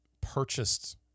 purchased